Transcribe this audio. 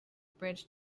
bridge